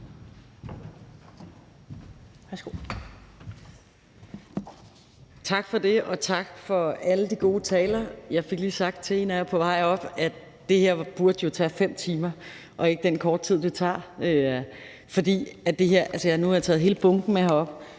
Tak for det, og tak for alle de gode taler. Jeg fik lige sagt til en af jer på vej herop, at det her jo burde tage 5 timer og ikke den korte tid, det tager. Nu har jeg taget hele bunken af papirer